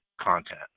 content